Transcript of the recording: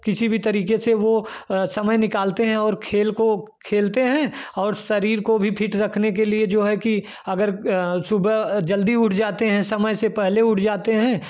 किसी भी तरीके से वह समय निकालते हैं और खेल को खेलते हैं और शरीर को भी फिट रखने के लिए जो है कि अगर सुबह जल्दी उठ जाते हैं समय से पहले उठ जाते हैं